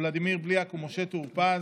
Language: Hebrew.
ולדימיר בליאק ומשה טור פז,